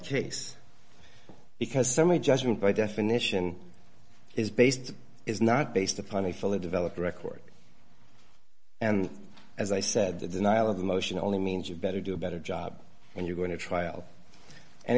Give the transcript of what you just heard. case because summary judgment by definition is based is not based upon a fully developed record and as i said the denial of the motion only means you'd better do a better job and you're going to trial and